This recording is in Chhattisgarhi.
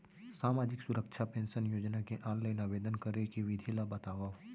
सामाजिक सुरक्षा पेंशन योजना के ऑनलाइन आवेदन करे के विधि ला बतावव